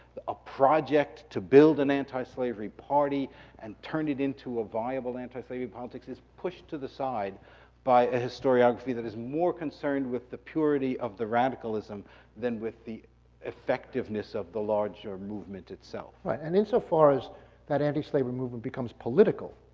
a project to build an antislavery party and turn it into a viable antislavery politics is pushed to the side by a historiography that is more concerned with the purity of the radicalism than with the effectiveness of the larger larger movement itself. right, and insofar as that antislavery movement becomes political